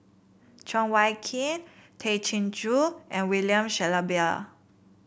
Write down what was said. Cheng Wai Keung Tay Chin Joo and William Shellabear